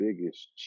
biggest